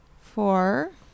four